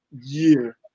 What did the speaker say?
year